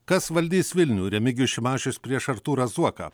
kas valdys vilnių remigijus šimašius prieš artūrą zuoką